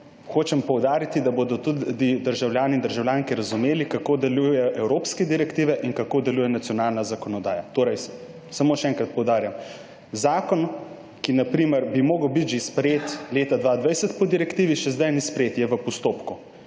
hočem poudariti, da bodo tudi državljani in državljanke razumeli, kako delujejo evropske direktive in kako deluje nacionalna zakonodaja. Samo še enkrat poudarjam. Zakon, ki bi moral biti sprejet po direktivi že leta 2020, še sedaj ni sprejet, je v postopku